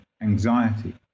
anxiety